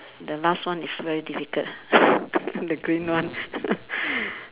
the last one is very difficult the green one